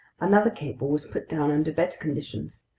another cable was put down under better conditions.